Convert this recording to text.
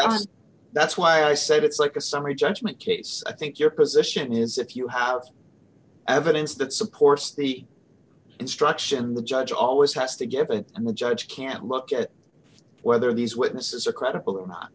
was that's why i said it's like a summary judgment case i think your position is if you have evidence that supports the instruction the judge always has to give it and the judge can't look at whether these witnesses are credible